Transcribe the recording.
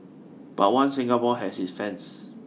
but One Singapore has its fans